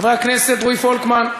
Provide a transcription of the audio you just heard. חבר הכנסת רועי פולקמן,